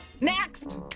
Next